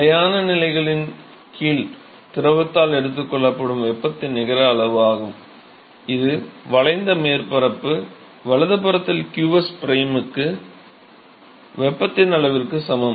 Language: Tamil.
நிலையான நிலைகளின் கீழ் திரவத்தால் எடுத்துக் கொள்ளப்படும் வெப்பத்தின் நிகர அளவாகும் இது வளைந்த மேற்பரப்பு வலதுபுறத்தில் qs பிரைமுக்கு வெப்பத்தின் அளவிற்கு சமம்